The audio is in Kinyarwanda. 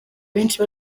benshi